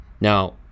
Now